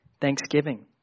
thanksgiving